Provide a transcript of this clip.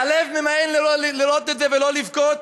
והלב ממאן לראות את זה ולא לבכות.